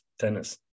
tennis